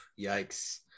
yikes